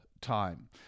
time